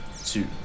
two